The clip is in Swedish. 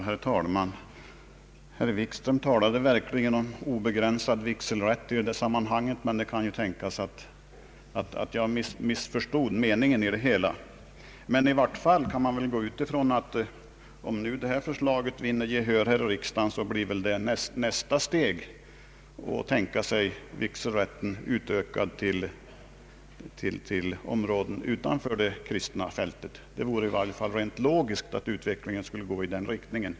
Herr talman! Herr Wikström talade om obegränsad vigselrätt i ett avsnitt i mitt anförande, men det kan ju tänkas att jag missförstod meningen i det hela. Men i vart fall kan man väl utgå ifrån att nästa steg, om det föreliggande förslaget vinner gehör i riksdagen, blir att tänka sig vigselrätten utökad till områden utanför det kristna fältet. Det vore i varje fall rent logiskt att utvecklingen skulle gå i den riktningen.